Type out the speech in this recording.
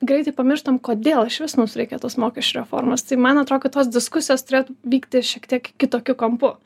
greitai pamirštam kodėl išvis mums reikia tos mokesčių reformos tai man atrodo kad tos diskusijos turėtų vykti šiek tiek kitokiu kampu